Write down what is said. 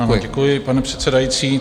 Ano, děkuji, pane předsedající.